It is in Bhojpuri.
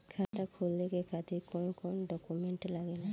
खाता खोले के खातिर कौन कौन डॉक्यूमेंट लागेला?